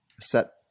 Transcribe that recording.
set